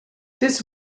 this